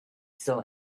still